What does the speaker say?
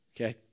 Okay